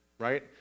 right